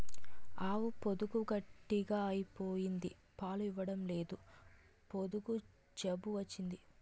ఆవు పొదుగు గట్టిగ అయిపోయింది పాలు ఇవ్వడంలేదు పొదుగు జబ్బు వచ్చింది